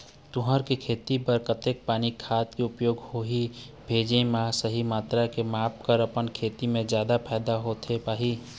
तुंहर के खेती बर कतेक पानी खाद के उपयोग होही भेजे मा सही मात्रा के माप कर अपन खेती मा जादा फायदा होथे पाही?